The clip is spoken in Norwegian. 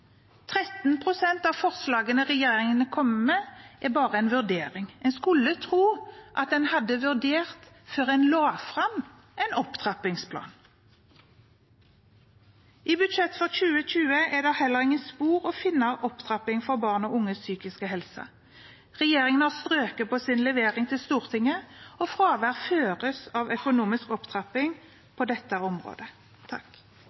pst. av forslagene regjeringen kommer med, er bare en vurdering. En skulle tro at en hadde vurdert før en la fram en opptrappingsplan. I budsjettet for 2020 er det heller ingen spor å finne av opptrapping for barn og unges psykiske helse. Regjeringen har strøket på sin levering til Stortinget, og fravær føres av økonomisk